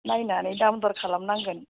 नायनानै दाम दर खालाम नांगोन